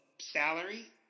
salary